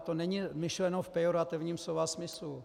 To není myšleno v pejorativním slova smyslu.